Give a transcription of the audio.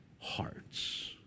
hearts